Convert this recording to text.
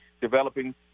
developing